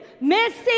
Missing